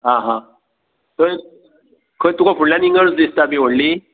आ हा खंय खंय तुका फुडल्यान इगर्ज दिसता बी व्हडली